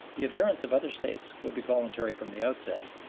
the adherence of other states would be voluntary from the outset.